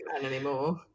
anymore